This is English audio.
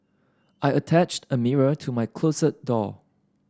I attached a mirror to my closet door